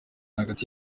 hagati